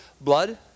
blood